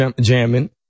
jamming